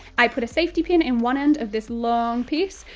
i put a safety pin in one end of this long piece,